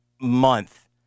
month